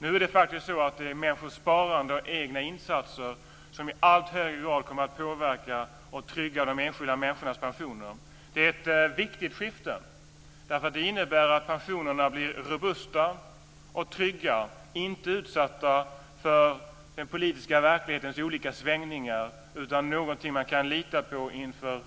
Nu är det människors sparande och egna insatser som i allt högre grad kommer att påverka och trygga de enskilda människornas pensioner. Det är ett viktigt skifte. Det innebär att pensionerna blir robusta och trygga och inte utsatta för den politiska verklighetens olika svängningar utan något man kan lita på inför